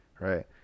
right